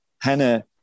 Hannah